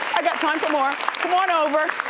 i got time for more. come on over.